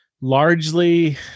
largely